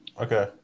Okay